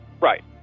Right